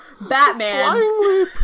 Batman